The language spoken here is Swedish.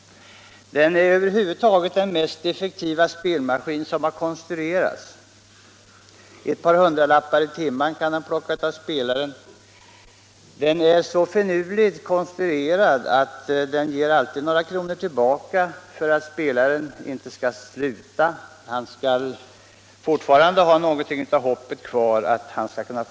Det är den över huvud taget effektivaste spelmaskin som någonsin har konstruerats: ett par hundralappar i timmen kan den plocka av spelaren. Den är så finurligt konstruerad att den alltid ger några kronor tillbaka för att spelaren inte skall sluta spela utan fortfarande ha hoppet kvar om en jackpot.